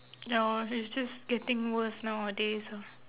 ya lor it's just getting worse nowadays ah